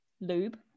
lube